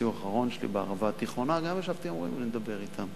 בסיור האחרון שלי בערבה התיכונה גם ישבתי עם המורים לדבר אתם.